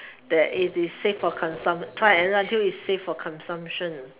that if it is safe for consumpt~ trial and error until it is safe for consumption